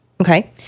Okay